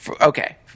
okay